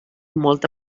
molta